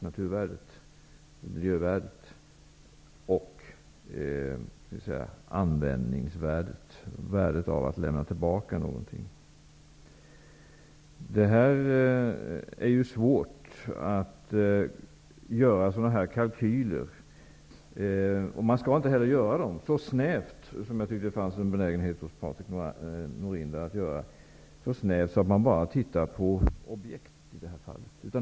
Miljövärdet, naturvärdet är svårt att beräkna i pengar, liksom värdet av att man lämnar tillbaka någonting. Det är svårt att göra kalkyler av detta slag. Man skall heller inte göra dem så snäva att man bara ser till själva objektet. Jag tyckte att det fanns en benägenhet hos Patrik Norinder att göra det.